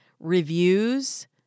reviews